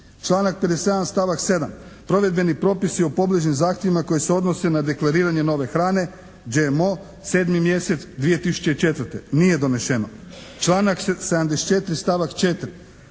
Članak 57. stavak 7. Provedbeni propisi o pobližim zahtjevima koji se odnose na deklariranje nove hrane GMO, 7. mjesec 2004., nije donešeno. Članak 74. stavak 4.